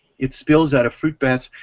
it spills out of fruit bats,